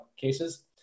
cases